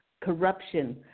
corruption